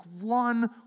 one